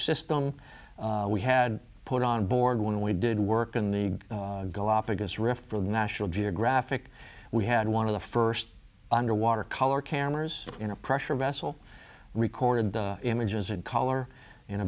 system we had put on board when we did work in the go up against rift from national geographic we had one of the first underwater color cameras in a pressure vessel recorded the images in color and